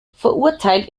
verurteilt